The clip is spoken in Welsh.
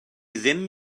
ddim